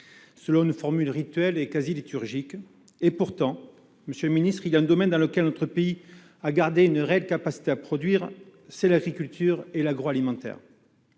selon une formule rituelle et quasiment liturgique. Cela étant, monsieur le ministre, il y a un domaine dans lequel notre pays a gardé une réelle capacité à produire : l'agriculture et l'agroalimentaire.